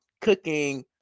cooking